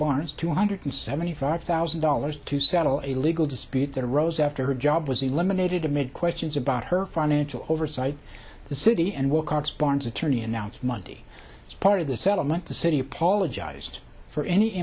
akbar's two hundred seventy five thousand dollars to settle a legal dispute that arose after her job was eliminated amid questions about her financial oversight the city and walkouts barnes attorney announced monday as part of the settlement the city apologized for any